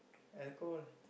alcohol